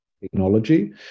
technology